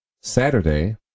Saturday